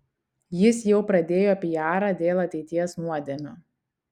jis jau pradėjo pijarą dėl ateities nuodėmių